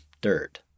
dirt